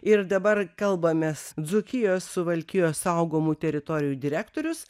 ir dabar kalbamės dzūkijos suvalkijos saugomų teritorijų direktorius